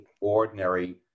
ordinary